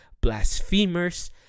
blasphemers